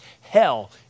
hell